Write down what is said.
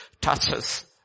touches